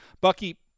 Bucky